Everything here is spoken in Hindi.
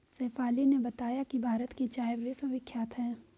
शेफाली ने बताया कि भारत की चाय विश्वविख्यात है